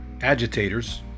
Agitators